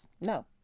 No